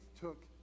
took